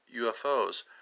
UFOs